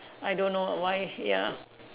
I don't know why ya